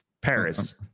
Paris